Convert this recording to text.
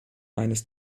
eines